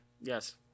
Yes